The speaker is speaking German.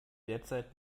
derzeit